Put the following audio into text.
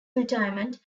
retirement